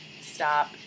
stop